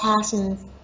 passions